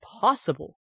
possible